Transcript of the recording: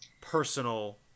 personal